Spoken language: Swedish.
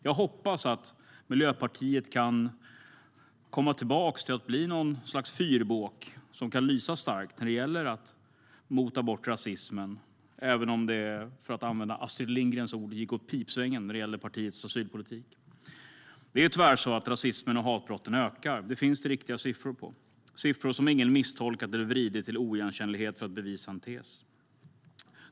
Jag hoppas att Miljöpartiet återgår till att vara en starkt lysande fyrbåk när det gäller att mota bort rasismen, även om det, för att använda Astrid Lindgrens ord, gick åt pipsvängen med partiets asylpolitik. Tyvärr ökar rasismen och hatbrotten. Det finns det riktiga siffror på, siffror som ingen misstolkat eller vridit på till oigenkännlighet för att bevisa en tes.